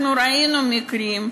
אנחנו ראינו מקרים,